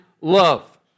love